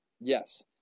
Yes